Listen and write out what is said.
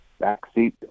backseat